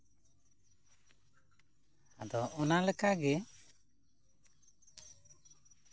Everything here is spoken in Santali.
ᱟᱫᱚ ᱚᱱᱟ ᱞᱮᱠᱟ ᱜᱮ